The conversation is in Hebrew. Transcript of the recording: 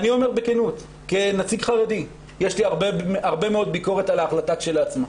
אני אומר בכנות כנציג חרדי שיש לי הרבה מאוד ביקורת על ההחלטה כשלעצמה.